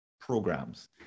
programs